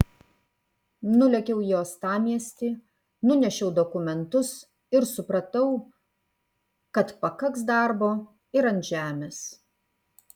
nulėkiau į uostamiestį nunešiau dokumentus ir supratau kad pakaks darbo ir ant žemės